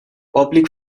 public